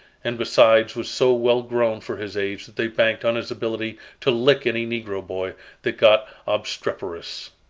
and besides was so well grown for his age that they banked on his ability to lick any negro boy that got obstreperous.